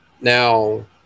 now